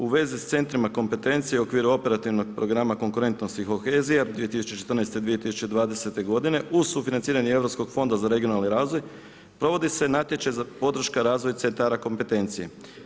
U vezi s centrima kompetencije i u okviru operativnog programa konkurentnosti i kohezija 2014.-2020. godine uz sufinanciranje Europskog fonda za regionalni razvoj provodi se natječaj za, podrška razvoju centara kompetencije.